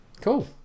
cool